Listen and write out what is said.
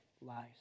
lies